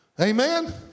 Amen